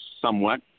Somewhat